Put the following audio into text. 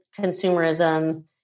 consumerism